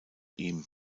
ihm